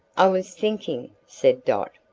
i was thinking, said dot.